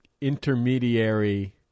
intermediary